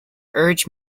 urged